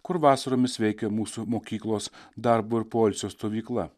kur vasaromis veikė mūsų mokyklos darbo ir poilsio stovykla